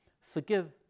forgive